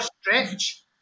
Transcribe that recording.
stretch